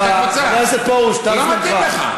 מיקי, אתה מבייש את הקבוצה שלך.